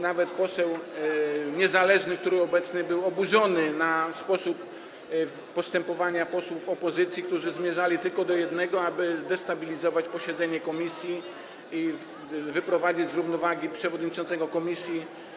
Nawet poseł niezależny, który był na nim obecny, był oburzony sposobem postępowania posłów opozycji, którzy zmierzali tylko do jednego: destabilizacji posiedzenia komisji i wyprowadzenia z równowagi przewodniczącego komisji.